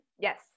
Yes